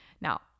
Now